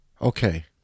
Okay